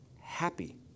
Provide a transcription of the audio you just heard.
Happy